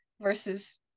versus